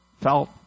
felt